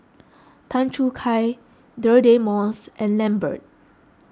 Tan Choo Kai Deirdre Moss and Lambert